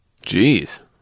Jeez